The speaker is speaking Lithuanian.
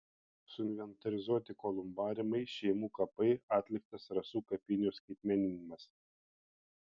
suinventorizuoti kolumbariumai šeimų kapai atliktas rasų kapinių skaitmeninimas